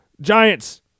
Giants